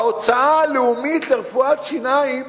ההוצאה הלאומית על רפואת שיניים